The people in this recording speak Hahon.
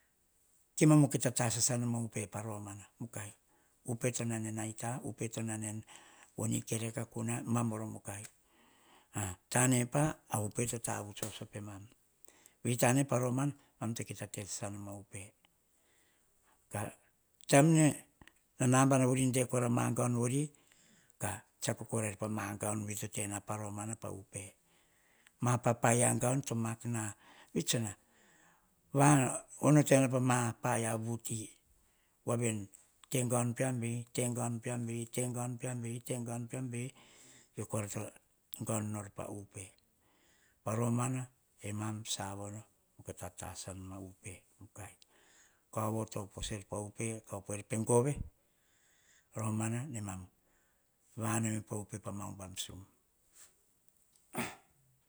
Kemam kita tasasa noma upe pa romana mukai. Upe to nane en aita nane en woni keriaka kunua mam, mam voro mukai. Tane pah ah upe to tavuts voso pemam vei tane pah roman, mam to kita tesasa noma upe. Ka taim ne na namba vuri de kora ma gaun vori, ka tsiako pore koh raim pah ma gaun veri toh tenor pa romana pah upe. Ma pa piaia gaun to vatena ma paia vuti. Te gaun peam vei te gaun pean veie, te gaun pean vei, gaun nor pah upe. Emam savono tokita tasasa nom a upe. Romana nemam vanao eme pah upe pa mau ubam sum.